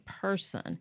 person